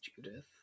Judith